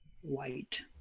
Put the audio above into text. white